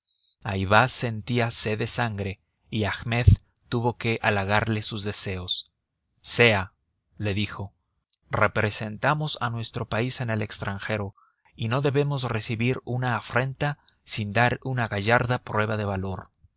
amante ayvaz sentía sed de sangre y ahmed tuvo que halagarle sus deseos sea le dijo representamos a nuestro país en el extranjero y no debemos recibir una afrenta sin dar una gallarda prueba de valor